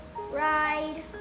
ride